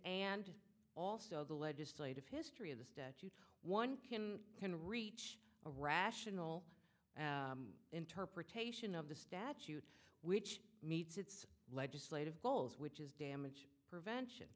and also the legislative history of the statute one can can reach a rational interpretation of the statute which meets its legislative goals which is damage prevention